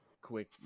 quick